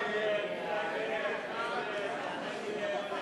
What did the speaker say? הצעת סיעות חד"ש רע"ם-תע"ל בל"ד להביע